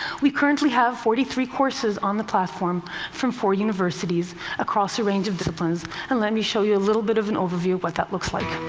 we currently have forty three courses on the platform from four universities across a range of disciplines, and let me show you a little bit of an overview of what that looks like.